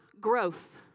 growth